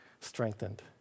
strengthened